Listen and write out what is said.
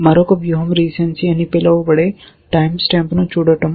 మరొక వ్యూహం రీసెన్సీ అని పిలువబడే టైమ్ స్టాంప్ను చూడటం